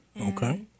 Okay